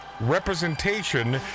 representation